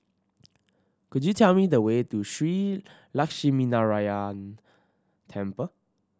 could you tell me the way to Shree Lakshminarayanan Temple